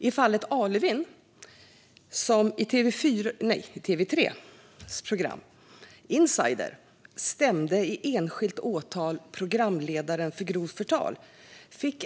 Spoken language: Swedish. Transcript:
I fallet Arlewin stämdes programledaren för TV3:s program Insider i enskilt åtal för grovt förtal.